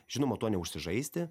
žinoma tuo neužsižaisti